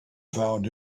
found